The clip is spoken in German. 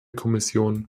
kommission